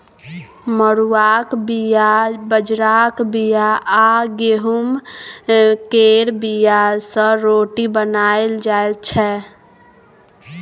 मरुआक बीया, बजराक बीया आ गहुँम केर बीया सँ रोटी बनाएल जाइ छै